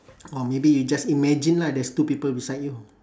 or maybe you just imagine lah there is two people beside you